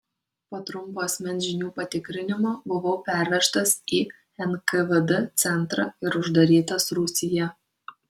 po trumpo asmens žinių patikrinimo buvau pervežtas į nkvd centrą ir uždarytas rūsyje